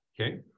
okay